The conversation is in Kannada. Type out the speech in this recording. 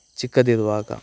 ಚಿಕ್ಕದಿರುವಾಗ